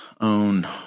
own